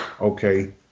okay